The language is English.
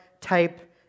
type